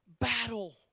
battle